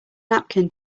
napkin